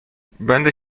będę